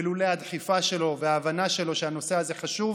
ולולא הדחיפה שלו וההבנה שלו שהנושא הזה חשוב